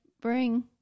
bring